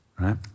right